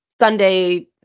Sunday